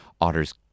otters